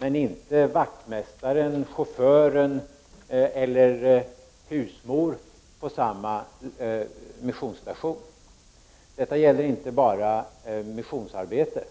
men inte vaktmästaren, chauffören eller husmor på samma missionsstation. Detta gäller inte bara missionsarbete.